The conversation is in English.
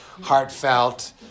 heartfelt